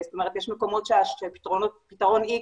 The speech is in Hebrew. זאת אומרת יש מקומות שפתרון X,